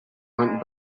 hunt